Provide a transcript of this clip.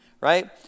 right